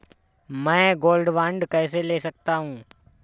मैं gold bond कैसे ले सकता हूँ?